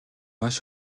маш